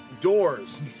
doors